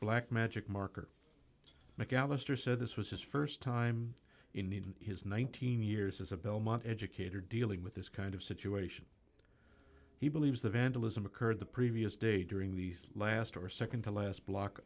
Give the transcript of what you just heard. black magic marker mcallister said this was his st time in need in his nineteen years as a belmont educator dealing with this kind of situation he believes the vandalism occurred the previous day during the last or nd to last block